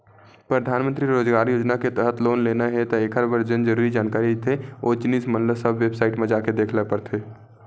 परधानमंतरी रोजगार योजना के तहत लोन लेना हे त एखर बर जेन जरुरी जानकारी रहिथे ओ जिनिस मन ल सब बेबसाईट म जाके देख ल परथे